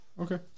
Okay